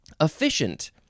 Efficient